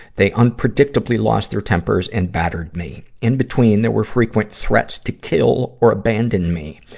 they unpredictably lost their tempers and battered me. in between, there were frequent threats to kill or abandon me.